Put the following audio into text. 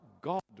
God